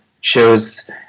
shows